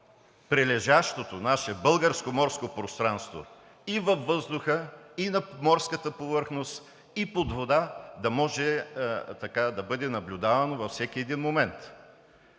прилежащото наше българско морско пространство, и във въздуха, и на морската повърхност, и под вода да може да бъде наблюдавано във всеки един момент.